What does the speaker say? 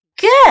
Good